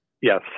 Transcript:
Yes